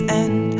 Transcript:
end